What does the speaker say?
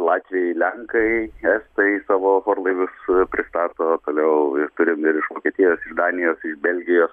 latviai lenkai estai savo orlaivius pristato toliau ir turim ir iš vokietijos iš danijos iš belgijos